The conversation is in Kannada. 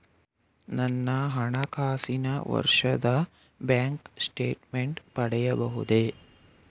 ನನ್ನ ಹಣಕಾಸಿನ ವರ್ಷದ ಬ್ಯಾಂಕ್ ಸ್ಟೇಟ್ಮೆಂಟ್ ಪಡೆಯಬಹುದೇ?